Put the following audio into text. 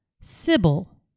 Sybil